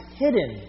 hidden